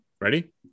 Ready